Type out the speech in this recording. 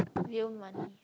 real money